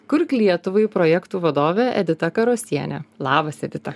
kurk lietuvai projektų vadovė edita karosienė labas edita